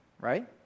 right